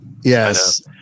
Yes